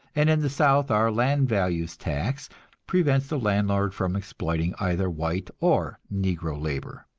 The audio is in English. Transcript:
and in the south our land values tax prevents the landlord from exploiting either white or negro labor.